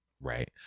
Right